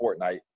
Fortnite